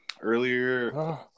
earlier